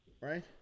Right